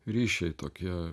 ryšiai tokie